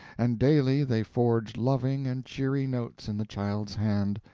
and daily they forged loving and cheery notes in the child's hand,